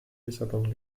lissabon